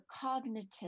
cognitive